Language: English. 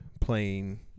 playing